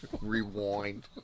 Rewind